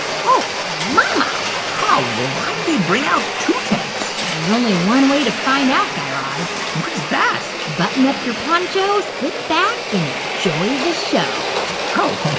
whoa mama huh why did they bring out two tanks? well, there's only one way to find out, guy raz what's that? button up your poncho, sit back and enjoy the show oh,